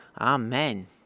amen